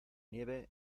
nieve